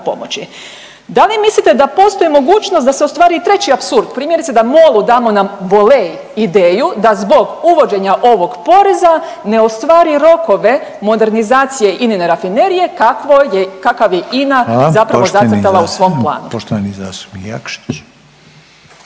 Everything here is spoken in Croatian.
pomoći. Da li mislite da postoji mogućnost da se ostvari i treći apsurd, primjerice da MOL-u damo na volej ideju da zbog uvođenja ovog poreza ne ostvari rokove modernizacije INA-ine rafinerije kakvo je, kakav je INA zapravo zacrtala u svom planu?